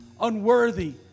unworthy